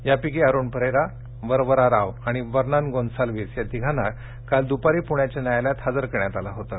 या पैक अ ण परेरा वरवरा राव आणि वनन गो साशिवस या तिघांना काल दुपारी पु या या यायालयात हजर कर यात आलं होतं